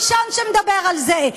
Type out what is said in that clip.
הראשון שמדבר על זה,